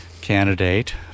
candidate